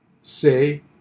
say